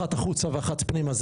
אחת פנימה ואחת פנימה,